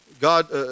God